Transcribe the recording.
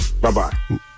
Bye-bye